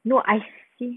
no I see